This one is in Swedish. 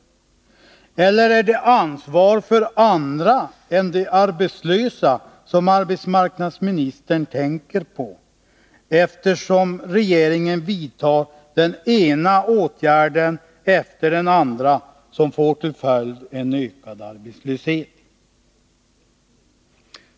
Eller är det ansvar för andra än de arbetslösa som arbetsmarknadsministern tänker på, eftersom regeringen vidtar den ena åtgärden efter den andra som får till följd en ökad arbetslöshet?